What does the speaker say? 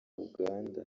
uganda